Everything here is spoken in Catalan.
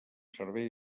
servei